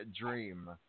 dream